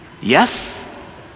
yes